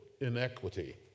inequity